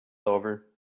over